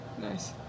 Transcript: nice